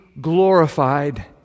glorified